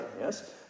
yes